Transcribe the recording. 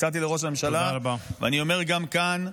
הצעתי לראש הממשלה, ואני אומר גם כאן: